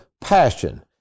passion